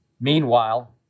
Meanwhile